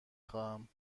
خواهم